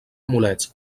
amulets